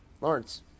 Lawrence